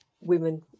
women